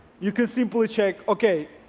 you can simply check, okay,